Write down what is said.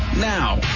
now